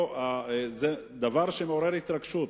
דבר שמעורר התרגשות,